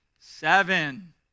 Seven